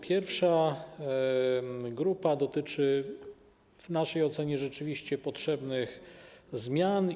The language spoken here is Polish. Pierwsza grupa dotyczy w naszej ocenie rzeczywiście potrzebnych zmian.